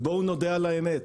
בואו נודה על האמת,